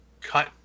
cut